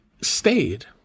stayed